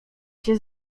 się